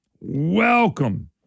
Welcome